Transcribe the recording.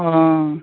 हँ